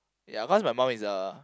ya cause my mom is a